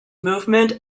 movement